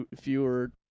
fewer